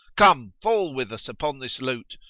come, fall with us upon this loot,